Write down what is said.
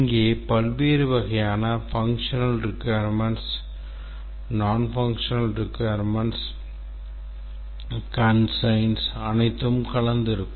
இங்கே பல்வேறு வகையான functional requirement non functional requirements கட்டுப்பாடுகள் அனைத்தும் கலந்து இருக்கும்